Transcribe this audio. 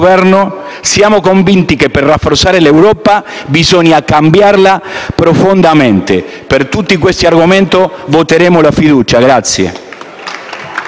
siamo convinti che per rafforzare l'Europa bisogna cambiarla profondamente. Per tutti questi argomenti, voteremo a favore